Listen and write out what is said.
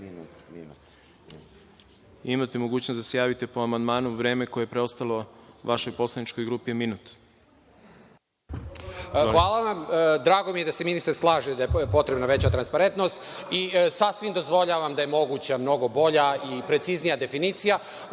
Imate mogućnosti da se javite po amandmanu. Vreme koje je preostalo vašoj poslaničkoj grupi je minut. **Saša Radulović** Hvala vam. Drago mi je da se ministar slaže da je potrebna veća transparentnost i sasvim dozvoljavam da je moguća mnogo bolja i preciznija definicija,